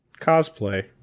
Cosplay